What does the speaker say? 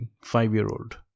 five-year-old